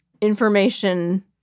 information